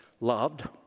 loved